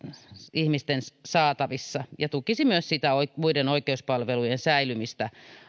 ihmisten saatavissa ja tukisi myös niitä muiden oikeuspalvelujen säilymistä